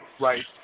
right